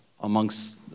amongst